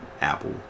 Apple